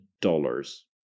dollars